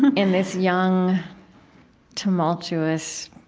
in this young tumultuous,